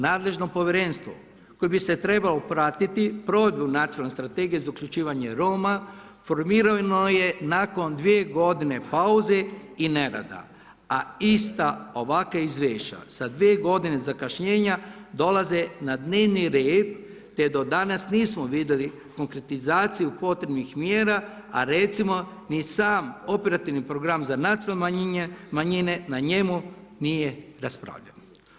Nadležno povjerenstvo koje bi trebalo pratiti provedbu nacionalne strategije za uključivanje Roma, formirano je nakon dvije godine pauze i nerada, a ista ovakva izvješća sa dvije godine zakašnjenja dolaze na dnevni red, te do danas nismo vidjeli konkretizaciju potrebnih mjera, a recimo, ni sam operativni program za nacionalne manjine, na njemu nije raspravljano.